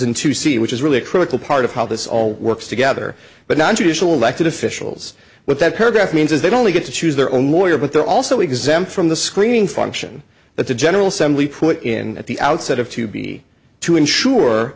and to see which is really a critical part of how this all works together but nontraditional elected officials with that paragraph means is that only get to choose their own lawyer but they're also exempt from the screening function that the general assembly put in at the outset have to be to ensure